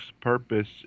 purpose